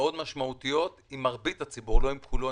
משמעותיות עם מרבית הציבור כמעט עם כולו.